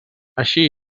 així